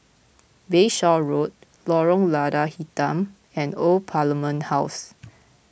Bayshore Road Lorong Lada Hitam and Old Parliament House